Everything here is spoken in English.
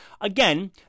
again